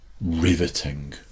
riveting